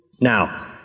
Now